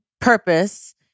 purpose